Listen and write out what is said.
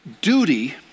Duty